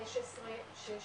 15 ו־16